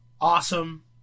Awesome